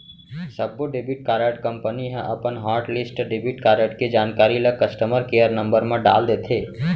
सब्बो debit card company ह अपन हॉटलिस्ट डेबिट कारड के जानकारी ल कस्टमर केयर नंबर म डाल देथे